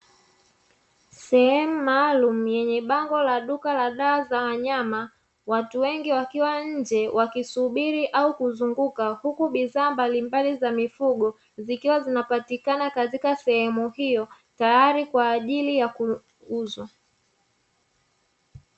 Sehemu maalumu yenye bango la duka la dawa za wanyama, watu wengi wakiwa nje wakisubiri au kuzunguka, huku bidhaa mbalimbali za mifugo zikiwa zinapatikana katika sehemu hiyo tayari kwa ajili ya kuuzwa.